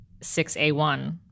6A1